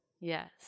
Yes